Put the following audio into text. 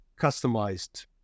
customized